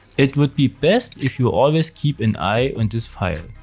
it would be best if you always keep an eye on this file.